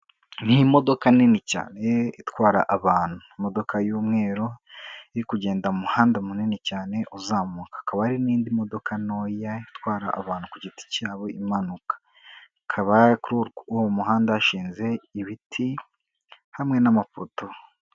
Ni imodoka nini cyane itwara abantu, imodoka y'umweru iri kugenda mu muhanda munini cyane uzamuka, hakaba hari n'indi modoka ntoya itwara abantu ku giti cyabo, imanuka, hakaba kuri uwo muhanda hashinze ibiti hamwe n'amafoto.